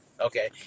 Okay